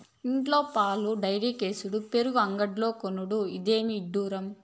ఇండ్ల పాలు డైరీకేసుడు పెరుగు అంగడ్లో కొనుడు, ఇదేమి ఇడ్డూరం